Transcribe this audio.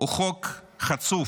הוא חוק חצוף.